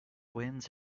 wins